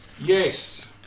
Yes